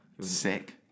Sick